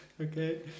okay